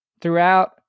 throughout